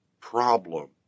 problem